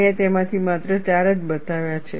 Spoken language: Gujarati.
મેં તેમાંથી માત્ર ચાર જ બતાવ્યા છે